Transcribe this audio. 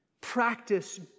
Practice